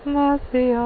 mercy